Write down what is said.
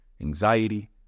anxiety